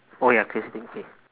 oh ya crazy thing K